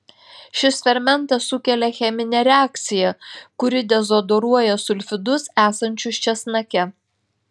šis fermentas sukelia cheminę reakciją kuri dezodoruoja sulfidus esančius česnake